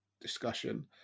discussion